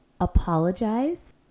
Apologize